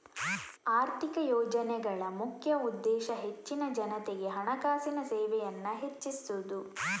ಆರ್ಥಿಕ ಯೋಜನೆಗಳ ಮುಖ್ಯ ಉದ್ದೇಶ ಹೆಚ್ಚಿನ ಜನತೆಗೆ ಹಣಕಾಸಿನ ಸೇವೆಯನ್ನ ಹೆಚ್ಚಿಸುದು